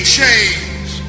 change